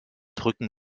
drücken